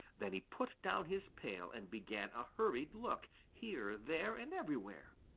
then he put down his pail and began a hurried look here, there, and everywhere.